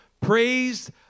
praised